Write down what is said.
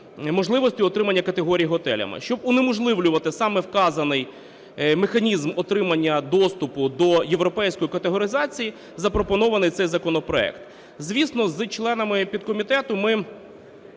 можливості отримання категорій готелями, щоб унеможливлювати саме вказаний механізм отримання доступу до європейської категоризації, запропонований цей законопроект. Звісно, з членами підкомітету ми